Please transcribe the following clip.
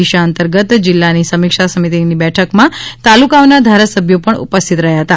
દિશા અંતર્ગત જિલ્લાની સમીક્ષા સમિતિની બેઠકમાં તાલુકાઓના ધારાસભ્યો પણ ઉપસ્થિત રહ્યા હતા